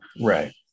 Right